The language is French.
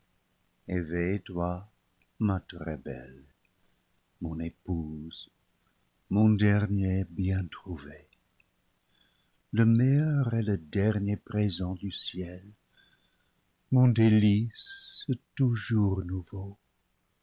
eveille toi ma très-belle mon épouse mon dernier bien trouvé le meilleur et le dernier présent du ciel mon délice toujours nouveau